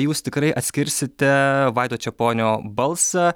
jūs tikrai atskirsite vaido čeponio balsą